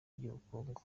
ry’ubukungu